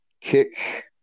kick